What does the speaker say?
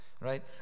right